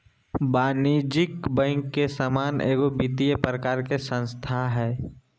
वाणिज्यिक बैंक के समान एगो वित्तिय प्रकार के संस्था हइ